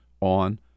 on